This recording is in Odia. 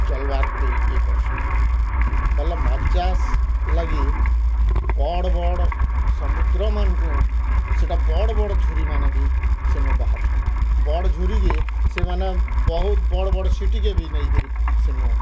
ଚଲବାର୍କେ ଇଏ କରସନ୍ ବୋଲେ ମାଛ ଚାଷୀ ଲାଗି ବଡ଼ ବଡ଼ ସମୁଦ୍ର ମାନଙ୍କୁ ସେଟା ବଡ଼ ବଡ଼ ଝୁରିମାନେ ବି ସେନୁ ବାହାରୁସନ୍ ବଡ଼ ଝୁରିକେ ସେମାନେ ବହୁତ ବଡ଼ ବଡ଼ ସିଟିକେ ନେଇକରି ସେନୁ